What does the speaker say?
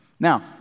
Now